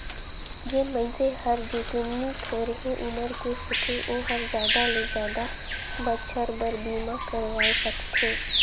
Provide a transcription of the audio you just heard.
जेन मइनसे हर जेतनी थोरहें उमर के होथे ओ हर जादा ले जादा बच्छर बर बीमा करवाये सकथें